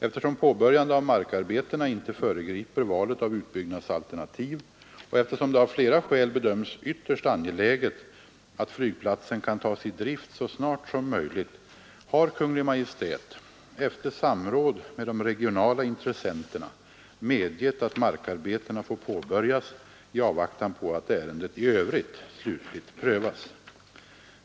Eftersom påbörjande av markarbetena inte föregriper valet av utbyggnadsalternativ och eftersom det av flera skäl bedöms ytterst angeläget att flygplatsen kan tas i drift så snart som möjligt har Kungl. Maj:t efter samråd med de regionala intressenterna medgett att markarbetena får påbörjas i avvaktan på att ärendet i övrigt slutligt prövas.